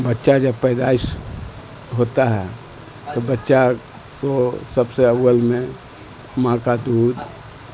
بچہ جب پیدائش ہوتا ہے تو بچہ کو سب سے اول میں ماں کا دودھ